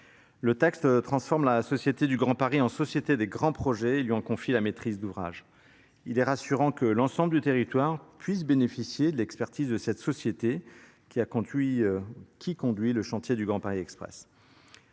Le texte transforme la société du de Grand Paris en société des grands projets et lui en confie la maîtrise d'ouvrage. Il est rassurant que l'ensemble du territoire puisse bénéficier de l'expertise de cette société qui a qui conduit le chantier du Grand Paris Express